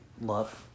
love